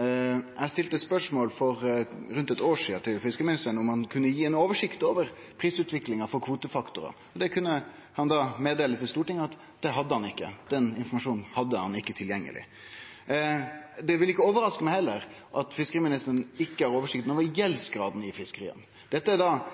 Eg stilte spørsmål til fiskeriministeren for rundt eit år sidan om han kunne gi ei oversikt over prisutviklinga for kvotefaktorar. Det kunne han da melde til Stortinget at han ikkje hadde. Den informasjonen hadde han ikkje tilgjengeleg. Det ville ikkje overraske meg om fiskeriministeren heller ikkje har oversikt over gjeldsgraden i fiskeria. Dette er